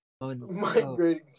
migrating